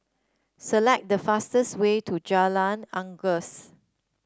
select the fastest way to Jalan Unggas